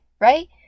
right